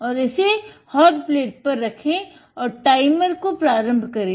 और इसे hot plate पर रखे और टाइमर को प्रारंभ करे